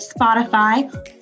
spotify